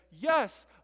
yes